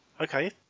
okay